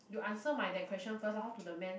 you answer mine that question first lah how to the man